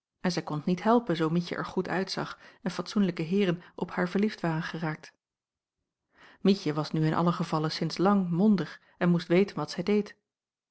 en zij kon t niet helpen zoo mietje er goed uitzag en fatsoenlijke heeren op haar verliefd waren geraakt mietje was nu in allen gevalle sinds lang mondig en moest weten wat zij deed